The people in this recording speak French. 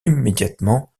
immédiatement